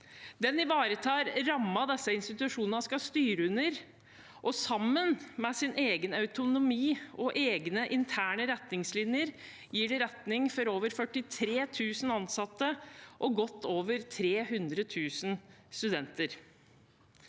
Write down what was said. Den ivaretar rammene disse institusjonene skal styre under, og sammen med sin egen autonomi og egne interne retningslinjer gir den retning for over 43 000 ansatte og godt over 300 000 studenter.